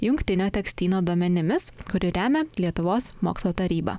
jungtinio tekstyno duomenimis kurį remia lietuvos mokslo taryba